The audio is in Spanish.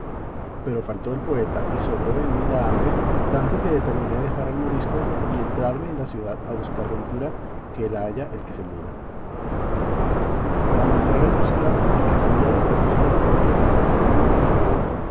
pero faltó el poeta y sobró en mí la hambre tanto que determiné dejar al morisco y entrarme en la ciudad a buscar ventura que la halla el que se muda al entrar de la ciudad vi que salía del famoso monasterio de san jerónimo mi poeta